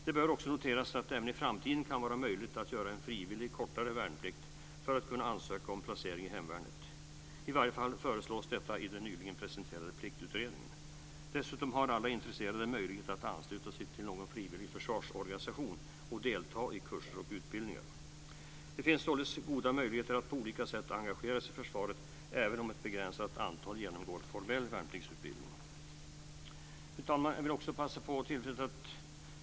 Det bör också noteras att det även i framtiden kan vara möjligt att göra en frivillig kortare värnplikt för att kunna ansöka om placering i hemvärnet. I varje fall föreslås detta i den nyligen presenterade Pliktutredningen. Dessutom har alla intresserade möjlighet att ansluta sig till någon frivillig försvarsorganisation och delta i kurser och utbildningar. Det finns således goda möjligheter att på olika sätt engagera sig i försvaret även om ett begränsat antal genomgår formell värnpliktsutbildning. Fru talman!